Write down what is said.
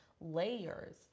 layers